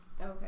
Okay